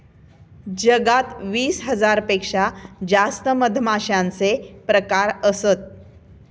जगात वीस हजार पेक्षा जास्त मधमाश्यांचे प्रकार असत